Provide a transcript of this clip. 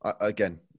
again